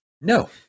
No